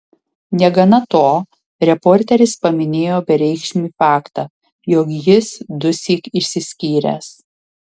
negana to reporteris paminėjo bereikšmį faktą jog jis dusyk išsiskyręs